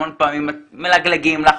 המון פעמים מלגלגים לך,